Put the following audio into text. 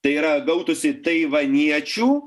tai yra gautųsi taivaniečių